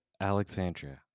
Alexandria